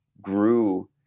grew